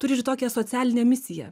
turi ir tokią socialinę misiją